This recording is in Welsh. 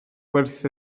gwerth